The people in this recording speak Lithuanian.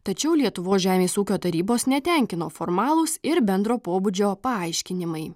tačiau lietuvos žemės ūkio tarybos netenkino formalūs ir bendro pobūdžio paaiškinimai